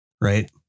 Right